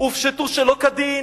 הן הופשטו שלא כדין